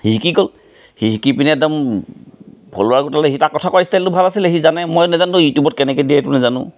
সি শিকি গ'ল সি শিকি পিনে একদম ফ'লৱাৰ গোটালে সি তাৰ কথা কোৱা ষ্টাইলটো ভাল আছিলে সি জানে মই নাজানোঁ নহয় ইউটিউবত কেনেকৈ দিয়ে এইটো নেজানোঁ